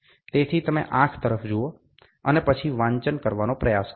તેથી તમે આંખ તરફ જુઓ અને પછી વાંચન કરવાનો પ્રયાસ કરો